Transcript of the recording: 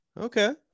Okay